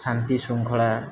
ଶାନ୍ତି ଶୃଙ୍ଖଳା